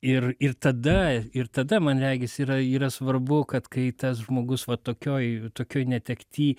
ir ir tada ir tada man regis yra yra svarbu kad kai tas žmogus va tokioj tokioj netekty